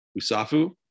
Usafu